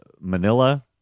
Manila